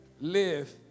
Live